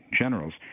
generals